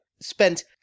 spent